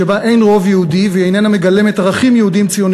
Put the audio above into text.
שבה אין רוב יהודי והיא איננה מגלמת ערכים יהודים-ציוניים,